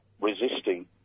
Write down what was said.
resisting